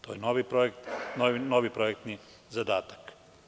To je novi projektni zadatak.